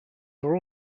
are